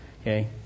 okay